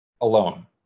alone